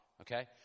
Okay